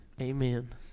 Amen